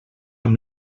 amb